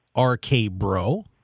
RK-Bro